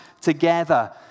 together